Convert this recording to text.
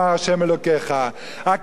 הקטרוג הגדול והנורא,